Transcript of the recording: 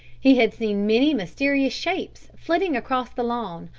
he had seen many mysterious shapes flitting across the lawn,